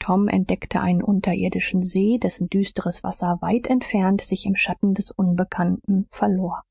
tom entdeckte einen unterirdischen see dessen düsteres wasser weit entfernt sich im schatten des unbekannten verlor